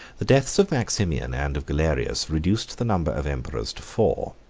the deaths of maximian and of galerius reduced the number of emperors to four.